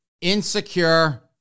insecure